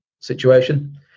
situation